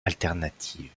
alternatives